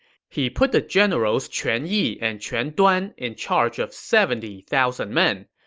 he put the generals quan yi and quan duan in charge of seventy thousand men.